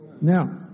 Now